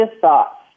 thoughts